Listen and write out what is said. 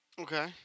Okay